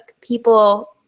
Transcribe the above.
People